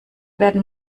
werden